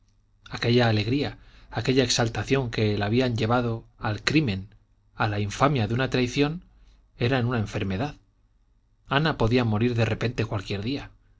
aquella alegría aquella exaltación que la habían llevado al crimen a la infamia de una traición eran una enfermedad ana podía morir de repente cualquier día